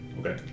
Okay